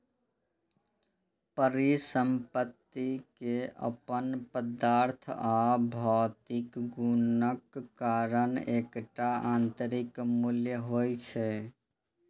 परिसंपत्ति के अपन पदार्थ आ भौतिक गुणक कारण एकटा आंतरिक मूल्य होइ छै